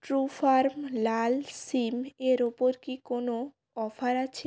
Trufarm লাল শিম এর ওপর কি কোনো অফার আছে